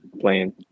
Playing